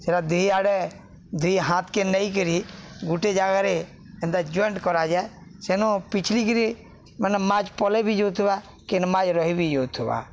ସେଟା ଦି ଆଡ଼େ ଦି ହାତ୍କେ ନେଇକରି ଗୁଟେ ଜାଗାରେ ଏନ୍ତା ଜଏଣ୍ଟ କରାଯାଏ ସେନୁ ପିଛିଲିକିରି ମାନେ ମାଛ୍ ପଲେଇ ବି ଯଉଥିବା କିନ ମାଛ ରହ ବି ଯଉଥିବା